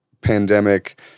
pandemic